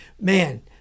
Man